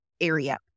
area